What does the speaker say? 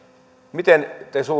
miten te